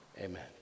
Amen